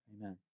Amen